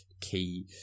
key